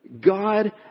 God